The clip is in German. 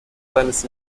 seines